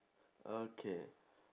okay